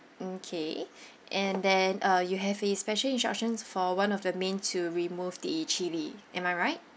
okay and then uh you have a special instructions for one of the main to remove the chili am I right